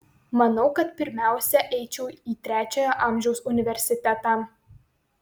manau kad pirmiausia eičiau į trečiojo amžiaus universitetą